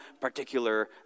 particular